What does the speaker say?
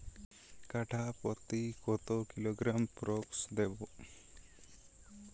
কাঠাপ্রতি কত কিলোগ্রাম ফরেক্স দেবো?